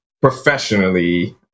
professionally